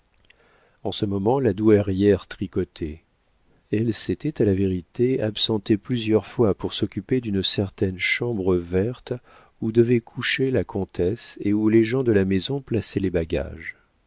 en ce moment la douairière tricotait elle s'était à la vérité absentée plusieurs fois pour s'occuper d'une certaine chambre verte où devait coucher la comtesse et où les gens de la maison plaçaient les bagages